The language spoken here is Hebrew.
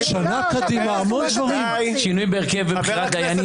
אבל הסוגיה הזאת --- אמון הציבור במערכת המשפט,